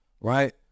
right